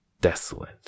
desolate